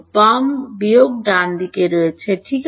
বাম বিয়োগ ঠিক আছে